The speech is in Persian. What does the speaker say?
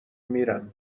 میرم